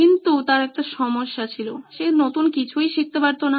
কিন্তু তার একটা সমস্যা ছিল সে নতুন কিছুই শিখতে পারতো না